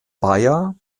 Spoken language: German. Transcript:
bayer